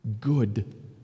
good